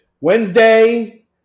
Wednesday